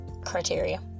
criteria